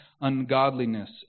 ungodliness